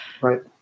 Right